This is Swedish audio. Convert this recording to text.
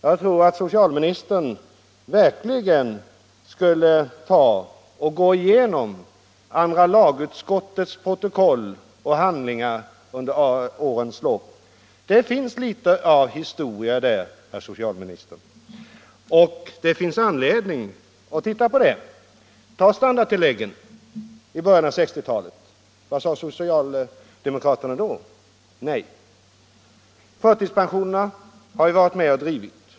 Jag tror att socialminstern verkligen borde ta och gå igenom andra lagutskottets protokoll och handlingar under årens lopp. Det finns litet av historia där, herr socialminister, och det finns anledning att titta på det. Ta standardtilläggen i början av 1960-talet. Vad sade socialdemokraterna då? De sade nej. Frågan om förtidspensionerna har vi varit med om att driva.